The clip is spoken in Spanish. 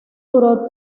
duró